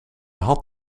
had